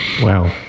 Wow